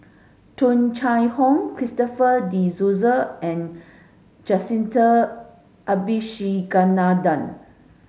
Tung Chye Hong Christopher De Souza and Jacintha Abisheganaden